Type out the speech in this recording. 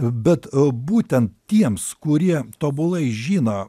bet būtent tiems kurie tobulai žino